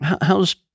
How's